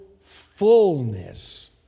fullness